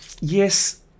Yes